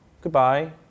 Goodbye